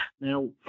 Now